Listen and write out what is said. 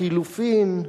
לחלופין,